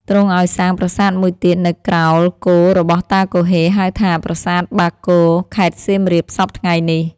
ទ្រង់ឲ្យសាងប្រាសាទមួយទៀតនៅក្រោល គោរបស់តាគហ៊េ ហៅថា ប្រាសាទបាគោ ខេត្តសៀមរាបសព្វថៃ្ងនេះ ។